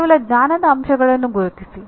ಕೇವಲ ಜ್ಞಾನದ ಅಂಶಗಳನ್ನು ಗುರುತಿಸಿ